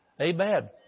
Amen